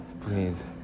Please